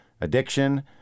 addiction